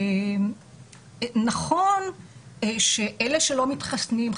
נכון שאלה שלא מתחסנים,